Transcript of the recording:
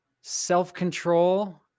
self-control